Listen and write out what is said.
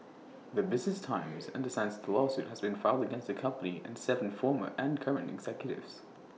the business times understands the lawsuit has been filed against the company and Seven former and current executives